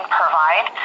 provide